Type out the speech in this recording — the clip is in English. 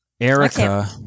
erica